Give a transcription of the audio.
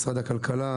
משרד הכלכלה,